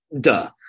duh